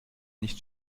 nicht